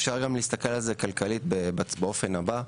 אפשר גם להסתכל על זה כלכלית באופן הבא,